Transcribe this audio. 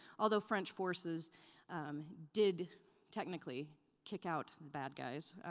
although french forces did technically kick out the bad guys.